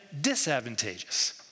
disadvantageous